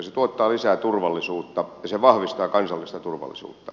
se tuottaa lisää turvallisuutta ja se vahvistaa kansallista turvallisuutta